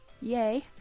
yay